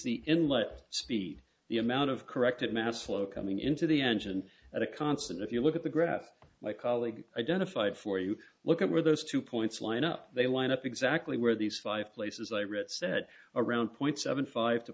the inlet speed the amount of corrected mass flow coming into the engine at a constant if you look at the graph my colleague identified for you look at where those two points line up they line up exactly where these five places i read said around point seven five to